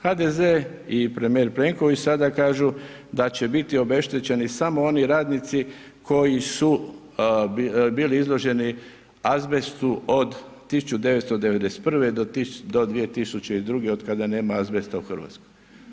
HDZ i premijer Plenković sada kažu da će biti obeštećeni samo oni radnici koji su bili izloženi azbestu od 1991. do 2002. od kada nema azbesta u Hrvatskoj.